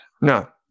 No